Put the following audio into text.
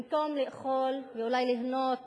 במקום לאכול, ואולי ליהנות